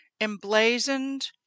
emblazoned